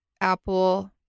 Apple